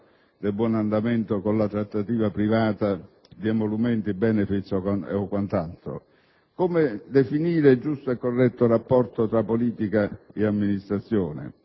del buon andamento, con la trattativa privata di emolumenti, *benefit* o quant'altro? Come definire il giusto e corretto rapporto tra politica amministrazione?